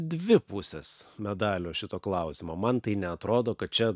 dvi pusės medalio šito klausimo man tai neatrodo kad čia